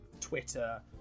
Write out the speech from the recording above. Twitter